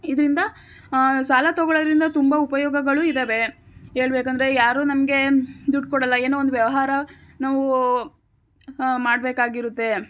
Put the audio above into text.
ಇದರಿಂದ ಸಾಲ ತಗೋಳ್ಳೋದ್ರಿಂದ ತುಂಬ ಉಪಯೋಗಗಳು ಇದ್ದಾವೆ ಹೇಳಬೇಕಂದ್ರೆ ಯಾರೂ ನಮಗೆ ದುಡ್ಡು ಕೊಡೋಲ್ಲ ಏನೋ ಒಂದು ವ್ಯವಹಾರ ನಾವು ಮಾಡಬೇಕಾಗಿರುತ್ತೆ